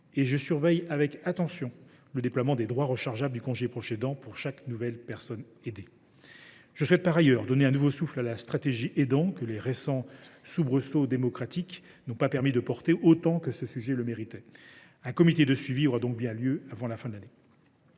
et je surveille avec attention le déploiement des droits rechargeables du congé proche aidant pour chaque nouvelle personne aidée. Je souhaite par ailleurs donner un nouveau souffle à la stratégie Agir pour les aidants, que les récents soubresauts démocratiques n’ont pas permis de porter autant que ce sujet le méritait. Un comité de suivi aura bien lieu avant la fin de l’année.